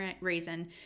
reason